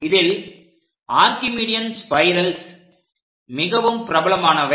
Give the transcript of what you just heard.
இதில் Archimedean spirals மிகவும் பிரபலமானவை